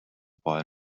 boy